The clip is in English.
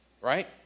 Right